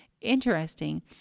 interesting